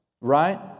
right